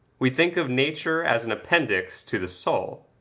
we think of nature as an appendix to the soul.